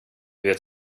vet